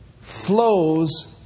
flows